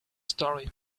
story